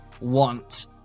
want